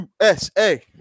USA